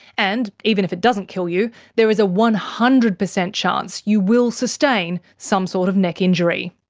and even if it doesn't kill you, there is a one hundred percent chance you will sustain some sort of neck injury.